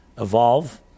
evolve